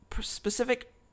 specific